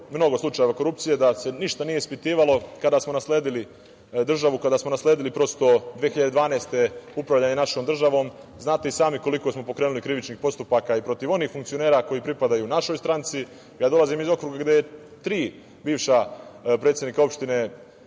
mnogo slučajeva korupcije, da se ništa nije ispitivalo. Kada smo nasledili državu, kada smo nasledili 2012. godine upravljanje našom državom, znate i sami koliko smo pokrenuli krivičnih postupaka i protiv onih funkcionera koji pripadaju našoj stranci. Dolazim iz okruga gde su tri bivša predsednika opštine